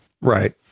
Right